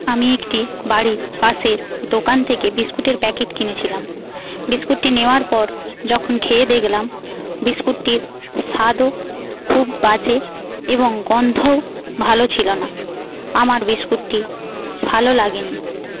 আমি একটি বাড়ির পাশের দোকান থেকে বিস্কুটের প্যাকেট কিনেছিলাম বিস্কুটটি নেওয়ার পর যখন খেয়ে দেখলাম বিস্কুটটির স্বাদও খুব বাজে এবং গন্ধও ভালো ছিল না আমার বিস্কুটটি ভালো লাগেনি